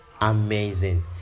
amazing